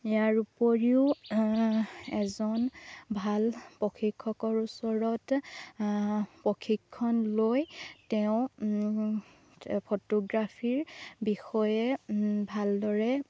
ইয়াৰ উপৰিও এজন ভাল প্ৰশিক্ষকৰ ওচৰত প্ৰশিক্ষণ লৈ তেওঁ ফটোগ্ৰাফীৰ বিষয়ে ভালদৰে